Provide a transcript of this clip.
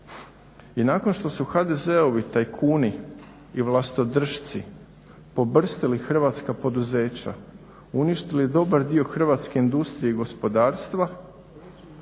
i nakon što su HDZ-ovi tajkuni i vlastodršci pobrstili hrvatska poduzeća, uništili dobar dio hrvatske industrije i gospodarstva,